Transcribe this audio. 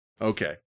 Okay